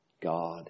God